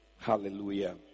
hallelujah